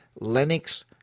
Linux